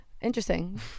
interesting